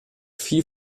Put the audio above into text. viel